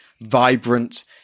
vibrant